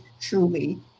truly